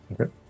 Okay